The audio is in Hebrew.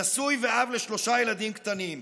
נשוי ואב לשלושה ילדים קטנים.